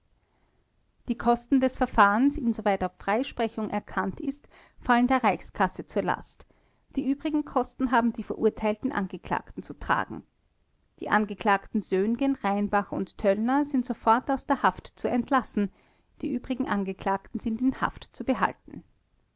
die kosten des verfahrens insoweit auf freisprechung erkannt ist fallen der reichskasse zur last die übrigen kosten haben die verurteilten angeklagten zu tragen die angeklagten söhngen rheinbach und töllner sind sofort aus der haft zu entlassen die übrigen angeklagten sind in haft zu behalten